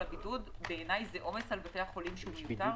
הבידוד בעיניי זה עומס על בתי החולים שמיותר.